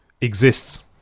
exists